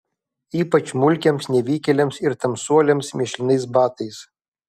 ypač mulkiams nevykėliams ir tamsuoliams mėšlinais batais